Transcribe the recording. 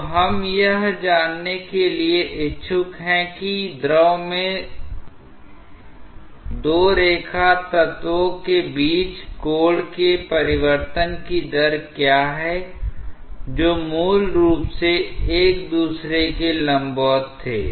तो हम यह जानने के लिए इच्छुक हैं कि द्रव में दो रेखा तत्वों के बीच कोण के परिवर्तन की दर क्या है जो मूल रूप से एक दूसरे के लंबवत थे